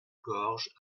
gorge